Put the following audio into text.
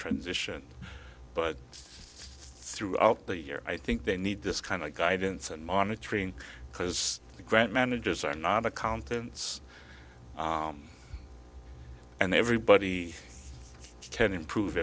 transition but throughout the year i think they need this kind of guidance and monitoring because the ground managers are not accountants and everybody can improve